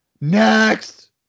next